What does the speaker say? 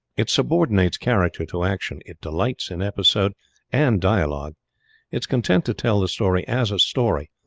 it subordinates character to action it delights in episode and dialogue it is content to tell the story as a story,